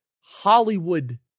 Hollywood